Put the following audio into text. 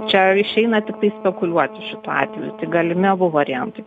čia išeina tiktai spekuliuoti šituo atveju tai galimi abu variantai